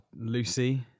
Lucy